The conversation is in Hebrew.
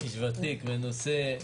הוא איש ותיק ומנוסה.